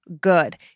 good